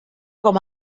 com